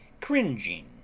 cringing